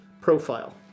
profile